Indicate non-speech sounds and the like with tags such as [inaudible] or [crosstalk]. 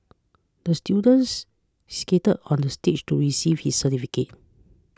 the students skated onto the stage to receive his certificate [noise]